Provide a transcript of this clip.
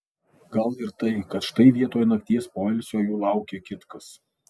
gal ir tai kad štai vietoj nakties poilsio jų laukia kitkas